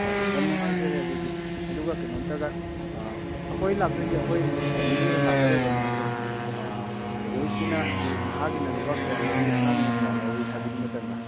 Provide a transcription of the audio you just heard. ꯑꯣ ꯌꯥꯝ ꯅꯨꯡꯉꯥꯏꯖꯔꯦ ꯑꯗꯨꯗꯤ ꯑꯗꯨꯒ ꯀꯩꯅꯣꯝꯇꯒ ꯑꯩꯈꯣꯏ ꯂꯥꯛꯇꯣꯏꯁꯦ ꯑꯩꯈꯣꯏ ꯐꯦꯃꯦꯂꯤ ꯑꯣꯏꯅ ꯂꯥꯛꯀꯗꯕꯅꯦ ꯑꯗꯣ ꯑꯦꯗꯜꯁꯀꯤꯅ ꯍꯥꯏꯗꯤ ꯅꯍꯥꯒꯤꯅ ꯂꯨꯄꯥ ꯀꯌꯥ ꯂꯧꯋꯤ ꯑꯉꯥꯡꯒꯤꯅ ꯀꯌꯥ ꯂꯧꯋꯤ ꯍꯥꯏꯕꯗꯨꯃꯇꯪꯒ